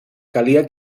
calia